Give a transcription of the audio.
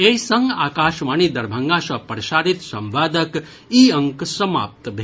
एहि संग आकाशवाणी दरभंगा सँ प्रसारित संवादक ई अंक समाप्त भेल